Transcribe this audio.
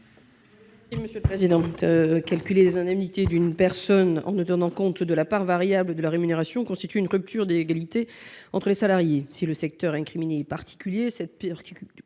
Espagnac. Le fait de calculer les indemnités d'une personne en ne tenant pas compte de la part variable de sa rémunération crée une rupture d'égalité entre les salariés. Si le secteur incriminé est particulier, cette particularité